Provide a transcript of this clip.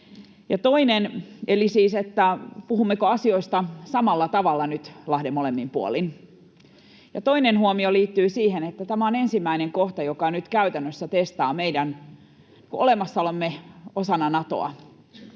kuitenkin viisaana, että asioita tutkitaan rauhassa. Toinen huomio liittyy siihen, että tämä on ensimmäinen kohta, joka nyt käytännössä testaa meidän olemassaolomme osana Natoa.